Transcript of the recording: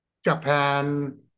Japan